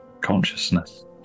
consciousness